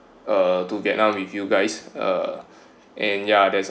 uh to vietnam with you guys uh and yeah that's